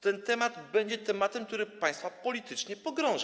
Ten temat będzie tematem, który państwa politycznie pogrąży.